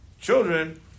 children